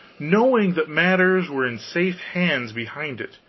knowing that matters were in safe hands behind it,